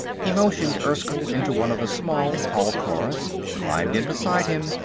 he motioned erskyll into one of the small hall-cars, climbed in beside him,